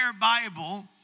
Bible